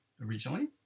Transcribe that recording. originally